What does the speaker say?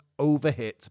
overhit